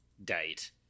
date